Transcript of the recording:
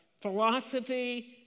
philosophy